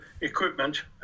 equipment